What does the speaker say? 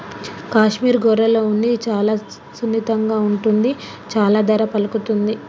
కాశ్మీర్ గొర్రెల ఉన్ని చాలా సున్నితంగా ఉంటుంది చాలా ధర పలుకుతుంది